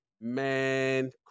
Man